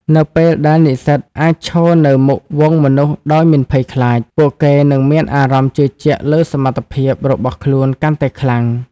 នៅពេលដែលនិស្សិតអាចឈរនៅមុខហ្វូងមនុស្សដោយមិនភ័យខ្លាច ពួកគេនឹងមានអារម្មណ៍ជឿជាក់លើសមត្ថភាពរបស់ខ្លួនកាន់តែខ្លាំង។